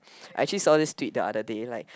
I actually saw this tweet the other day like